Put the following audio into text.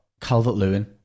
Calvert-Lewin